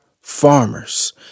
farmers